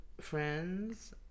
friends